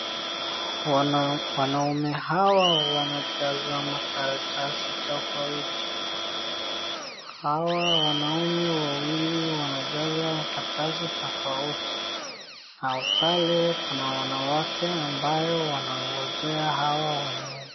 Wanaume hawa wanajaza makaratasi tofauti hawa wanaume wawili wanajaza makaratasi tofauti na pale kuna wanawake ambao wanangojea hao wanaume.